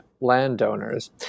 landowners